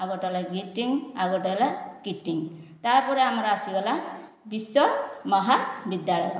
ଆଉ ଗୋଟିଏ ହେଲା ଗିଫଟିଙ୍ଗ ଆଉ ଗୋଟିଏ ହେଲା କିଟିଙ୍ଗ ତା'ପରେ ଆମର ଆସିଗଲା ବିଶ୍ଵମହାବିଦ୍ୟାଳୟ